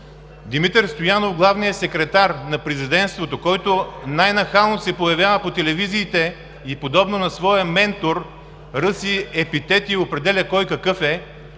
Димитър Стоянов, главният секретар на президентството, който най-нахално се появява по телевизиите и подобно на своя ментор ръси епитети и определя кой какъв е,